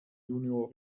junior